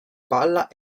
palla